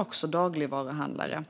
och dagligvaruhandlare.